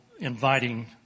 inviting